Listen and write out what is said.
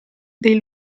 dei